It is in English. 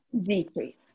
decrease